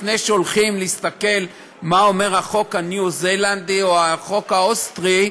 לפני שהולכים להסתכל מה אומר החוק הניו-זילנדי או החוק האוסטרי,